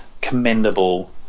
commendable